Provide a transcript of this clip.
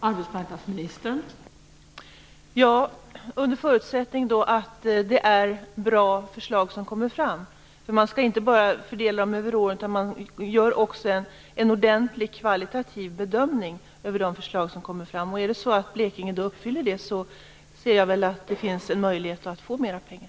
Fru talman! Ja, under förutsättning att det är bra förslag som kommer fram. Man skall inte bara fördela dem över åren, utan man gör också en ordentlig kvalitativ bedömning av de förslag som kommer fram. Om Blekinge uppfyller detta kan jag se att det finns en möjlighet att få mera pengar.